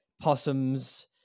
Possums